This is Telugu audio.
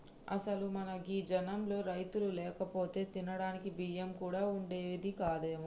అసలు మన గీ జనంలో రైతులు లేకపోతే తినడానికి బియ్యం కూడా వుండేది కాదేమో